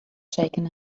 shaken